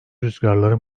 rüzgarları